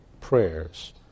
prayers